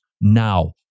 now